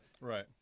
Right